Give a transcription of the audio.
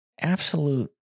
absolute